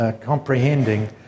comprehending